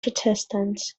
protestants